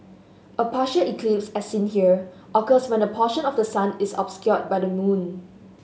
a partial eclipse as seen here occurs when a portion of the sun is obscured by the moon